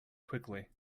quickly